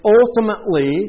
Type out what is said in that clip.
ultimately